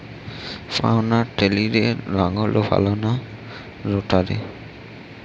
পাওয়ার টিলারে লাঙ্গল ভালো না রোটারের?